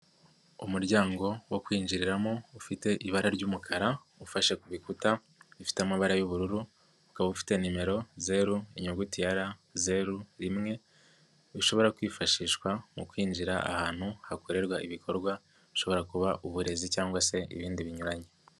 Umuryango wo kwinjiriramo ufite ibara ry'umukara ufashe ku bikuta bifite amaba y'ubururu ukaba ufite nimero: zeru, inyuguti ya R, zeru, rimwe, bishobora kwifashishwa mu kwinjira ahantu hakorerwa ibikorwa bishobora kuba uburezi cyangwa se ibindi binyuranye.